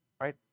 right